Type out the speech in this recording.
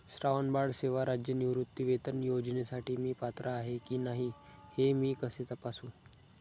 श्रावणबाळ सेवा राज्य निवृत्तीवेतन योजनेसाठी मी पात्र आहे की नाही हे मी कसे तपासू?